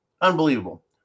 Unbelievable